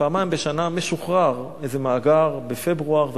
פעמיים בשנה משוחרר איזה מאגר, בפברואר וביולי,